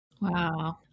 Wow